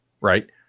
right